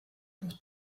pour